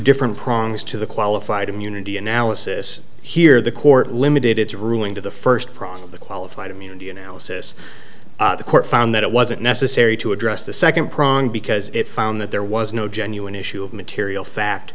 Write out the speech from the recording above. different prongs to the qualified immunity analysis here the court limited its ruling to the first problem of the qualified immunity analysis the court found that it wasn't necessary to address the second prong because it found that there was no genuine issue of material fact